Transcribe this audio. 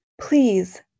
Please